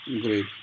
Great